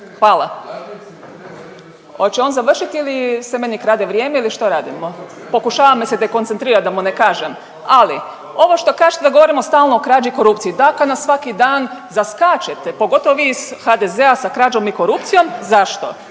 hvala. Hoće on završiti ili se meni krade vrijeme ili što radimo? Pokušava me se dekoncentrirati da mu ne kažem, ali ono što kažete da govorimo stalno o krađi, korupciji, da kad nas svaki dan zaskačete pogotovo vi iz HDZ-a sa krađom i korupcijom. Zašto?